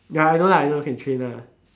ya I know I know can train lah